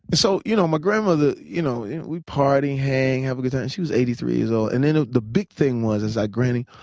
but so you know my grandmother, you know and we'd party, hang, have a good time. she was eighty three years old. and then ah the big thing was, i said, granny,